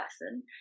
person